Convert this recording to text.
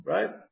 Right